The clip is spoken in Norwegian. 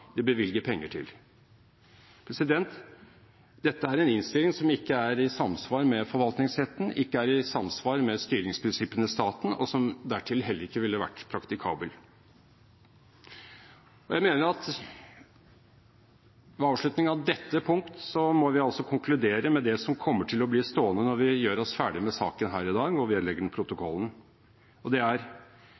det bevilger penger til». Dette er en innstilling som ikke er i samsvar med forvaltningsretten, ikke er i samsvar med styringsprinsippene i staten, og som dertil heller ikke ville vært praktikabel. Jeg mener at ved avslutningen av dette punkt må vi konkludere med det som kommer til å bli stående når vi gjør oss ferdig med saken her i dag og vedlegger den protokollen, og det er: